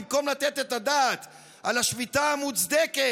במקום לתת את הדעת על השביתה המוצדקת,